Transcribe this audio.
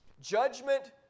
Judgment